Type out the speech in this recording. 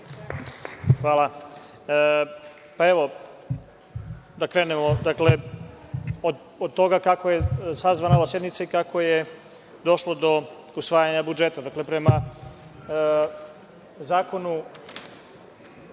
Hvala. Da krenemo od toga kako je sazvana ova sednica i kako je došlo do usvajanja budžeta.